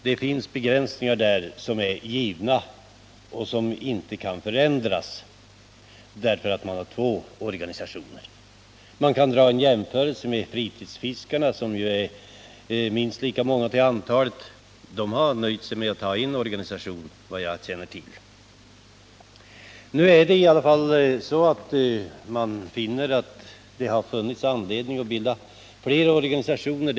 Det finns begränsningar som är givna och som inte kan förändras bara för att man har två organisationer. Man kan göra en jämförelse med fritidsfiskarna, som är minst lika många till antalet, men som — såvitt jag känner till — har nöjt sig med att ha en organisation. Men faktum är att man har ansett att det har funnits anledning att bilda fler organisationer.